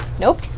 Nope